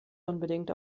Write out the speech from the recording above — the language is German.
unbedingt